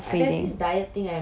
what thing